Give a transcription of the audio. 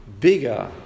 bigger